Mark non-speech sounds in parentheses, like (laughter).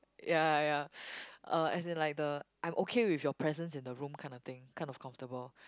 ya ya (breath) as in like the I'm okay with your presence in the room kinda thing kind of comfortable